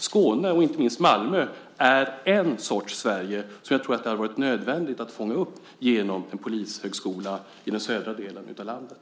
Skåne, och inte minst Malmö, är en sorts Sverige som jag tror att det skulle vara nödvändigt att fånga upp genom en polishögskola i den södra delen av landet.